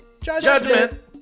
Judgment